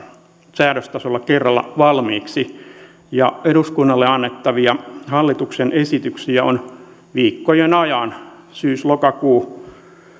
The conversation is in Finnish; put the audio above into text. säädöstasolla kerralla valmiiksi ja eduskunnalle annettavia hallituksen esityksiä on viikkojen ajan syys lokakuu